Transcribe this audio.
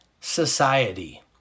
Society